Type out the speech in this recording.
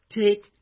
Take